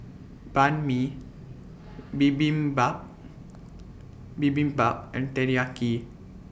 Banh MI Bibimbap Bibimbap and Teriyaki